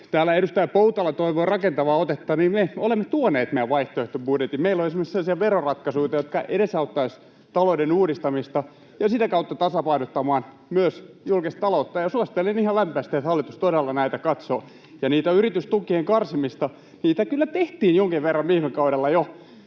täällä edustaja Poutala toivoi rakentavaa otetta, niin me olemme tuoneet meidän vaihtoehtobudjetin. Meillä on esimerkiksi sellaisia veroratkaisuita, jotka edesauttaisivat talouden uudistamista ja sitä kautta tasapainottaisivat myös julkista taloutta. Suosittelen ihan lämpimästi, että hallitus todella näitä katsoo. Ja niitä yritystukien karsimisia kyllä tehtiin jonkin verran viime kaudella jo,